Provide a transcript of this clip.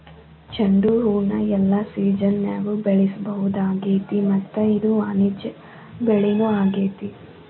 ಚಂಡುಹೂನ ಎಲ್ಲಾ ಸಿಜನ್ಯಾಗು ಬೆಳಿಸಬಹುದಾಗೇತಿ ಮತ್ತ ಇದು ವಾಣಿಜ್ಯ ಬೆಳಿನೂ ಆಗೇತಿ